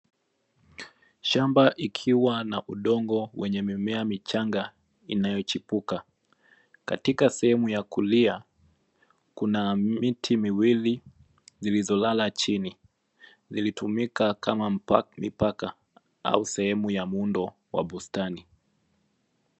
Shamba ikiwa na udongo wenye mimea michanga inayochipuka. Katika sehemu ya kulia kuna miti miwili zilizolala chini; vilitumika kama mipaka au sehemu ya muundo wa bustani.